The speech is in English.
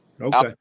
Okay